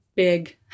big